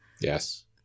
Yes